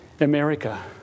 America